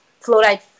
Fluoride